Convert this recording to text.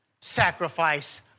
sacrifice